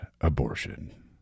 abortion